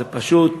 זה פשוט